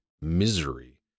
Misery